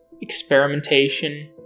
experimentation